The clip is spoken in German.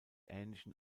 ähnlichen